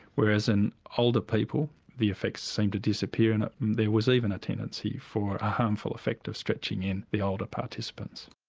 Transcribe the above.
whereas in older people the effects seemed to disappear and ah there was even a tendency for a harmful effect of stretching in the older participants.